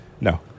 No